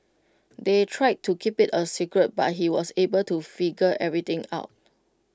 they tried to keep IT A secret but he was able to figure everything out